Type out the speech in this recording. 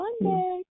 Monday